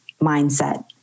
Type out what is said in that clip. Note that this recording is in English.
mindset